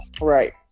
Right